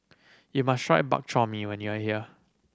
you must try Bak Chor Mee when you are here